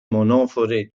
monofore